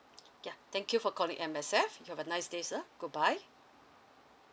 yeah thank you for calling M_S_F you have a nice day sir goodbye